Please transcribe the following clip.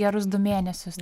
gerus du mėnesius